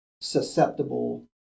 susceptible